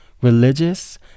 religious